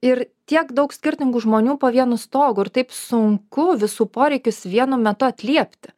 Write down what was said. ir tiek daug skirtingų žmonių po vienu stogu ir taip sunku visų poreikius vienu metu atliepti